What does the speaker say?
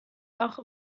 auch